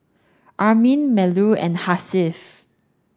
Amrin Melur and Hasif